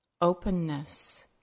openness